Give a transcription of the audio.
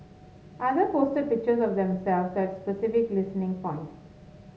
other posted pictures of themselves at specific listening points